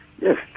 Yes